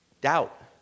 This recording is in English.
doubt